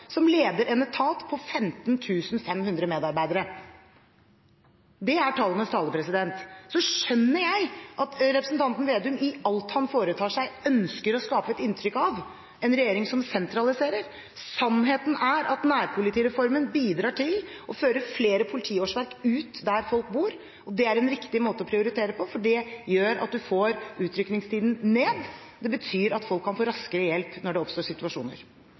som leder en etat med 15 500 medarbeidere. Det er tallenes tale. Så skjønner jeg at representanten Slagsvold Vedum, i alt han foretar seg, ønsker å skape et inntrykk av en regjering som sentraliserer. Sannheten er at nærpolitireformen bidrar til å føre flere politiårsverk ut der folk bor. Det er en riktig måte å prioritere på, for det gjør at man får utrykningstiden ned. Det betyr at folk kan få raskere hjelp når det oppstår situasjoner.